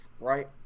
right